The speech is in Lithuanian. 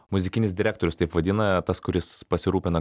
muzikinis direktorius taip vadina tas kuris pasirūpina